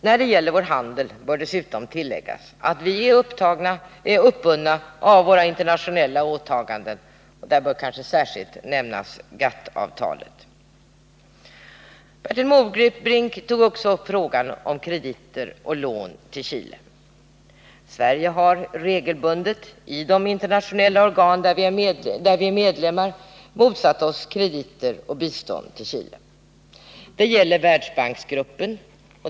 När det gäller vår handel bör det dessutom tilläggas att vi är uppbundna av våra internationella åtaganden — där bör kanske särskilt GATT-avtalet nämnas. Bertil Måbrink tog också upp frågan om krediter och lån till Chile. Sverige har regelbundet i de internationella organ där vi är medlemmar motsatt sig krediter och bistånd till Chile. Det gäller Världsbanksgruppen.